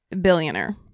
billionaire